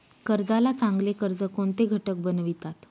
कर्जाला चांगले कर्ज कोणते घटक बनवितात?